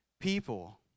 people